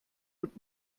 und